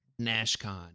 NASHCON